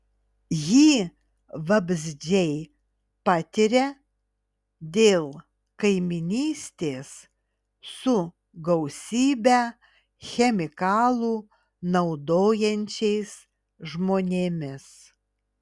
jį vabzdžiai patiria dėl kaimynystės su gausybę chemikalų naudojančiais žmonėmis